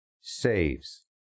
saves